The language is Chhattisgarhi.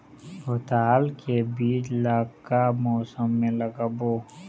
पताल के बीज ला का मौसम मे लगाबो?